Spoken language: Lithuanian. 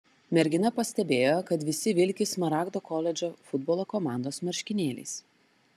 mergina pastebėjo kad visi vilki smaragdo koledžo futbolo komandos marškinėliais